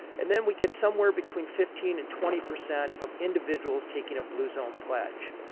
and then we get somewhere between fifteen and twenty percent of individuals taking a blue zone pledge.